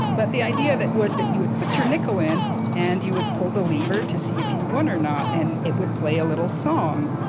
but the idea was that you would put your nickel in and you would pull the lever to see if you won or not and it would play a little song.